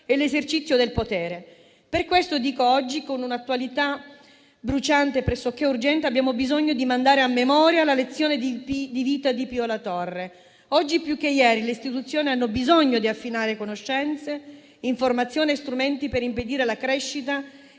Per questo dico che oggi, con un'attualità bruciante e pressoché urgente, abbiamo bisogno di mandare a memoria la lezione di vita di Pio La Torre. Oggi più che ieri le istituzioni hanno bisogno di affinare conoscenze, informazioni e strumenti per impedire la crescita